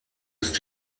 ist